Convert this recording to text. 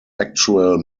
actual